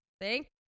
thank